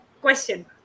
question